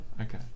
okay